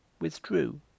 withdrew